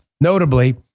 Notably